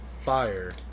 fire